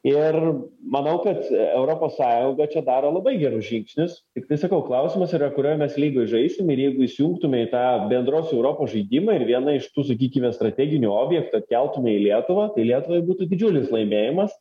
ir manau kad europos sąjunga čia daro labai gerus žingsnius tiktais sakau klausimas yra kurioj mes lygoj žaisim ir jeigu įsijungtume į tą bendros europos žaidimą ir viena iš tų sakykime strateginį objektą keltumėme į lietuvą tai lietuvai būtų didžiulis laimėjimas